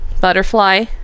butterfly